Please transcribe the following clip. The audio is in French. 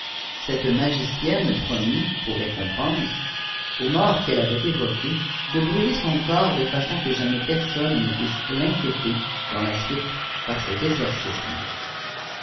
cette magicienne promit pour récompense au mort qu'elle aiait éyoqué de brûler son corps de façon que jamais personne ne puisa rîriqùiéter dans la suite par ses exorcismes